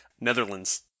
Netherlands